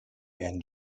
and